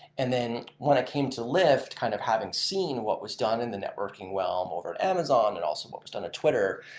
and then, when i came to lyft, kind of having seen what was done in the networking realm over at amazon, and also what was done at twitter,